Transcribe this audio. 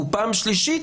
ופעם שלישית,